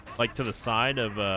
like to the side of